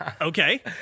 Okay